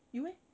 you eh